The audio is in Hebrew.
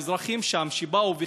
האזרחים שם כיבו,